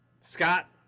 Scott